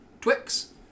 Twix